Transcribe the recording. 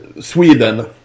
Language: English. Sweden